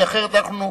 כי אחרת אנחנו,